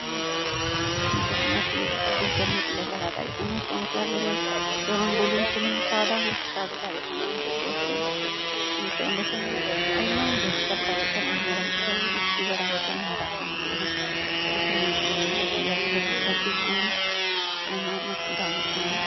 ᱟᱨ ᱱᱤᱛᱚᱜ ᱚᱱᱟᱠᱚ ᱟᱹᱰᱤᱜᱟᱱ ᱠᱟᱹᱢᱤᱨᱮ ᱞᱮ ᱞᱟᱜᱟᱣ ᱫᱟᱲᱮᱜ ᱠᱟᱱᱟ ᱥᱚᱝᱥᱟᱨ ᱨᱮ ᱡᱮᱢᱚᱱ ᱵᱩᱞᱩᱝ ᱥᱩᱱᱩᱢ ᱥᱟᱣᱫᱟ ᱦᱚᱸᱞᱮ ᱥᱟᱣᱫᱟ ᱫᱟᱲᱮᱜ ᱠᱟᱱᱟ ᱩᱱᱠᱚ ᱠᱚ ᱟᱹᱠᱷᱨᱤᱧ ᱠᱟᱛᱮᱫ ᱱᱤᱛᱚᱜ ᱚᱸᱰᱮ ᱠᱷᱚᱱᱜᱮ ᱟᱭᱢᱟ ᱨᱳᱡᱽᱜᱟᱨ ᱫᱟᱲᱮᱜ ᱠᱟᱱᱟ ᱢᱮᱨᱚᱢᱠᱚ ᱜᱩᱯᱤ ᱵᱟᱲᱟ ᱠᱟᱛᱮᱫ ᱤᱧ ᱦᱟᱨᱟ ᱟᱠᱟᱱᱟ ᱟᱹᱠᱷᱨᱤᱧᱮᱫ ᱠᱚᱣᱟᱹᱧ ᱞᱟᱹᱴᱩᱼᱞᱟᱹᱴᱩ ᱠᱷᱟᱹᱥᱤᱠᱚ ᱟᱭᱢᱟ ᱟᱭᱢᱟᱠᱚ ᱫᱟᱢᱚᱜ ᱠᱟᱱᱟ